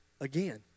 again